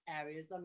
areas